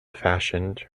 fashioned